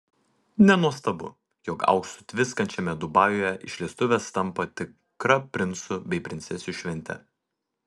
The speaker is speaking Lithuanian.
nenuostabu jog auksu tviskančiame dubajuje išleistuvės tampa tikra princų bei princesių švente